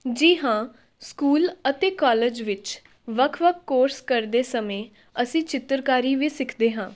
ਜੀ ਹਾਂ ਸਕੂਲ ਅਤੇ ਕੋਲਜ ਵਿੱਚ ਵੱਖ ਵੱਖ ਕੋਰਸ ਕਰਦੇ ਸਮੇਂ ਅਸੀਂ ਚਿੱਤਰਕਾਰੀ ਵੀ ਸਿੱਖਦੇ ਹਾਂ